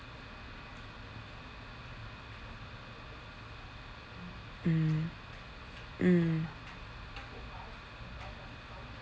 mm mm